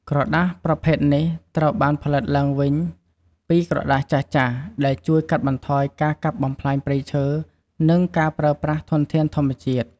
ក្រដាសប្រភេទនេះត្រូវបានផលិតឡើងវិញពីក្រដាសចាស់ៗ ដែលជួយកាត់បន្ថយការកាប់បំផ្លាញព្រៃឈើ និងការប្រើប្រាស់ធនធានធម្មជាតិ។